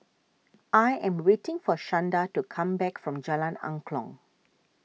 I am waiting for Shanda to come back from Jalan Angklong